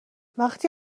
وقتی